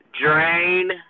Drain